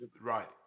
Right